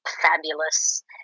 fabulous